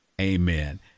Amen